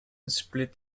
split